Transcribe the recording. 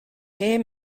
hear